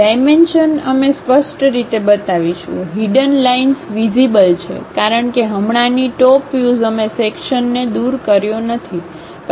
dimension અમે સ્પષ્ટ રીતે બતાવીશું હીડન લાઈનસ વીઝીબલ છે કારણ કે હમણાંની ટોપ વ્યુઝ અમે સેક્શન ને દૂર કર્યો નથી